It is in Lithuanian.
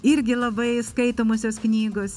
irgi labai skaitomos jos knygos